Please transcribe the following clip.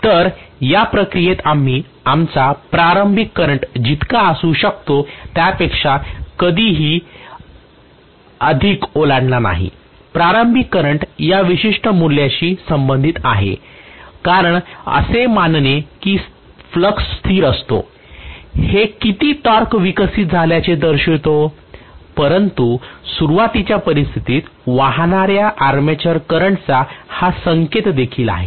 तर या प्रक्रियेत आम्ही आमचा प्रारंभिक करंट जितका असू शकतो त्यापेक्षा अधिक कधीही ओलांडला नाही प्रारंभिक करंट या विशिष्ट मूल्याशी संबंधित आहे कारण असे मानणे की फ्लक्स स्थिर असतो हे किती टॉर्क विकसित झाल्याचे दर्शवितो परंतु सुरुवातीच्या परिस्थितीत वाहणाऱ्या आर्मेचर करंटचा हा संकेत देखील आहे